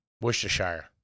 Worcestershire